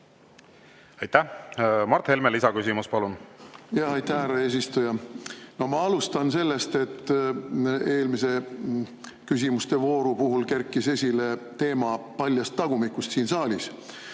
Aitäh! Mart Helme, lisaküsimus, palun! Aitäh, härra eesistuja! Ma alustan sellest, et eelmise küsimustevooru puhul kerkis esile teema paljast tagumikust siin saalis.